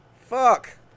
Fuck